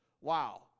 wow